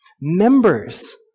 members